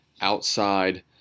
outside